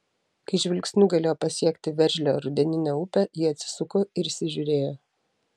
kai žvilgsniu galėjo pasiekti veržlią rudeninę upę ji atsisuko ir įsižiūrėjo